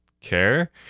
care